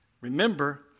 Remember